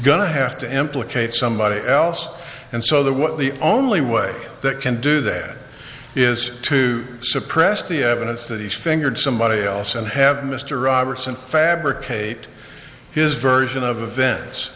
to have to implicate somebody else and so the what the only way that can do that is to suppress the evidence that he fingered somebody else and have mr roberson fabricate his version of events